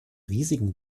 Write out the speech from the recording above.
risiken